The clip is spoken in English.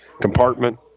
compartment